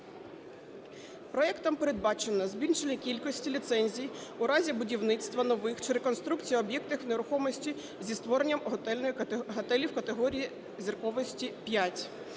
Проектом передбачено збільшення кількості ліцензій у разі будівництва нових чи реконструкції об'єктів нерухомості зі створенням готелів категорії зірковості – 5.